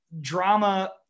Drama